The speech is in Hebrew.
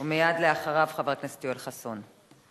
ומייד אחריו, חבר הכנסת יואל חסון.